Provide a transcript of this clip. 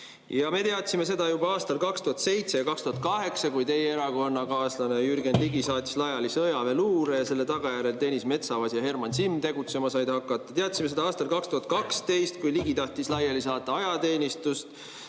Me teadsime seda juba aastal 2007 ja 2008, kui teie erakonnakaaslane Jürgen Ligi saatis laiali sõjaväeluure ja selle tagajärjel Deniss Metsavas ja Herman Simm tegutsema said hakata. Teadsime seda aastal 2012, kui Ligi tahtis laiali saata ajateenistust.